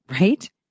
right